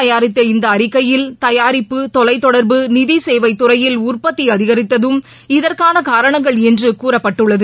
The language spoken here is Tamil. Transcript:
தயாரித்த இந்தஅறிக்கையில் தயாரிப்பு தொலைத்தொடர்பு நிதிசேவைதுறையில் உற்பத்திஅதிகித்ததும் இதற்கானகாரணங்கள் என்றுகூறப்பட்டுள்ளது